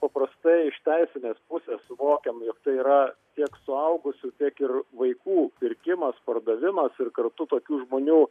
paprastai iš teisinės pusės suvokiam jog tai yra tiek suaugusių tiek ir vaikų pirkimas pardavimas ir kartu tokių žmonių